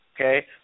okay